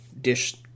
dish